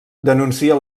denúncia